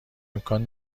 امکان